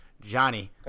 johnny